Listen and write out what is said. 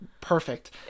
Perfect